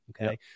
Okay